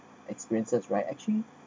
experiences right actually